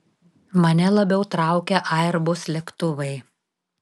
mane labiau traukia airbus lėktuvai